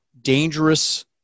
dangerous